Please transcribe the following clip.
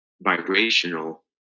vibrational